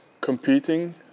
competing